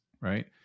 right